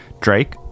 Drake